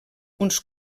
uns